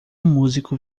músico